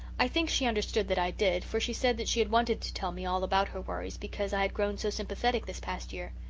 i think she understood that i did, for she said she had wanted to tell me all about her worries because i had grown so sympathetic this past year.